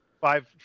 five